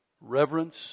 Reverence